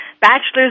bachelor's